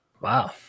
Wow